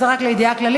אז זה רק לידיעה כללית.